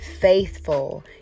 faithful